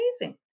amazing